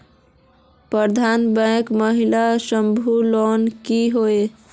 प्रबंधन बैंक महिला समूह लोन की होय?